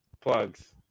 Plugs